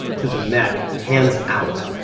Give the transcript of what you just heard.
to the neck, hands out,